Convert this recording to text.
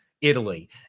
italy